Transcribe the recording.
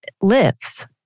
lives